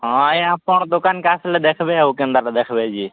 ହଁ ଏଇ ଆପଣ ଦୋକାନ୍କେ ଆସିଲେ ଦେଖିବେ ଆଉ କେନ୍ତା କେ ଦେଖିବେ କି